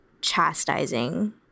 chastising